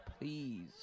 please